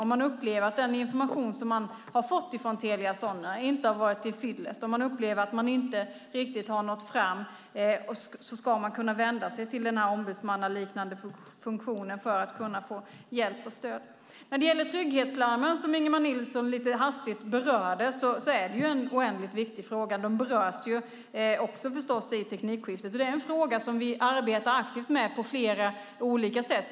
Om man upplever att den information som man har fått från Telia Sonera inte har varit till fyllest och om man upplever att man inte riktigt har nått fram ska man kunna vända sig till denna ombudsmannaliknande funktion för att få hjälp och stöd. Frågan om trygghetslarmen, som Ingemar Nilsson lite hastigt berörde, är oerhört viktig. Trygghetslarmen berörs förstås också vid teknikskiftet. Detta är en fråga som vi arbetar aktivt med på flera olika sätt.